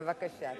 בבקשה.